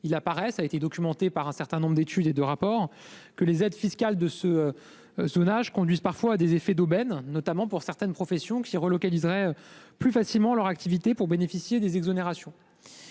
il apparaît- cela a été documenté par un certain nombre d'études et de rapports -que les aides fiscales de ce zonage conduisent parfois à des effets d'aubaine, notamment pour certaines professions qui relocaliseraient plus facilement leur activité pour bénéficier des exonérations.